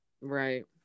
Right